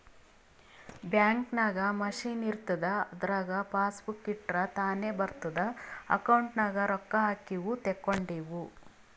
bank ನಾಗ್ machine ಇರ್ತುದ್ ಅದುರಾಗ್ ಪಾಸಬುಕ್ ಇಟ್ಟುರ್ ತಾನೇ ಬರಿತುದ್ ಅಕೌಂಟ್ ನಾಗ್ ರೊಕ್ಕಾ ಹಾಕಿವು ತೇಕೊಂಡಿವು